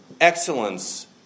Excellence